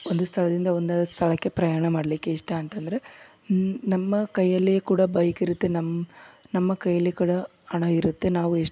ಒಂದು ಸ್ಥಳದಿಂದ ಒಂದು ಸ್ಥಳಕ್ಕೆ ಪ್ರಯಾಣ ಮಾಡಲಿಕ್ಕೆ ಇಷ್ಟ ಅಂತಂದರೆ ನಮ್ಮ ಕೈಯಲ್ಲಿ ಕೂಡ ಬೈಕ್ ಇರುತ್ತೆ ನಮ್ಮ ನಮ್ಮ ಕೈಯಲ್ಲಿ ಕೂಡ ಹಣ ಇರುತ್ತೆ ನಾವು ಎಷ್